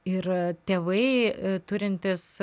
ir tėvai turintys